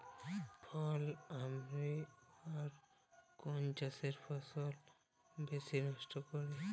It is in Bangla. ফল আর্মি ওয়ার্ম কোন চাষের ফসল বেশি নষ্ট করে?